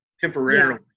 temporarily